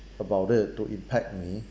about it to impact me